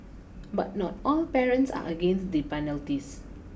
but not all parents are against the penalties